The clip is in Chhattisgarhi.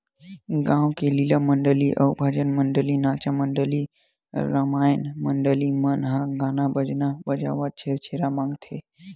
गाँव के लीला मंडली अउ भजन मंडली, नाचा मंडली, रमायन मंडली मन ह गाजा बाजा बजावत छेरछेरा मागथे